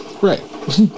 Right